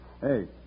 Hey